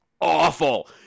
awful